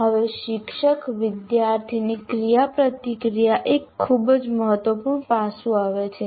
હવે શિક્ષક વિદ્યાર્થીની ક્રિયાપ્રતિક્રિયા એક ખૂબ જ મહત્વપૂર્ણ પાસું આવે છે